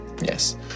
Yes